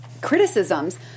criticisms